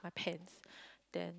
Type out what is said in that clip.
my pants then